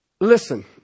Listen